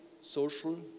social